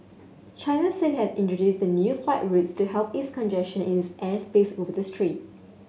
China said it had introduced the new flight routes to help ease congestion in its airspace over the strait